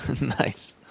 Nice